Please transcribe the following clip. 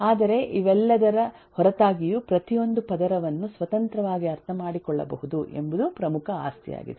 ಆದರೆ ಇವೆಲ್ಲದರ ಹೊರತಾಗಿಯೂ ಪ್ರತಿಯೊಂದು ಪದರವನ್ನು ಸ್ವತಂತ್ರವಾಗಿ ಅರ್ಥಮಾಡಿಕೊಳ್ಳಬಹುದು ಎಂಬುದು ಪ್ರಮುಖ ಆಸ್ತಿಯಾಗಿದೆ